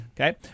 Okay